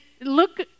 look